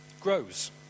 grows